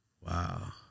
wow